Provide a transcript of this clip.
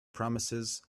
promises